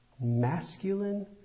masculine